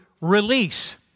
release